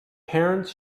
parents